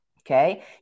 Okay